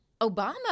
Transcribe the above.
Obama